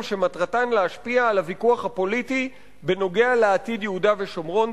שמטרתן להשפיע על הוויכוח הפוליטי בנוגע לעתיד יהודה ושומרון,